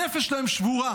הנפש שלהם שבורה,